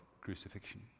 crucifixion